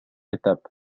étape